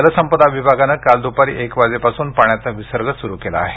जलसंपदा विभागाने काल दुपारी एक वाजेपासून पाण्याचा विसर्ग सुरू केला आहे